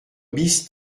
bis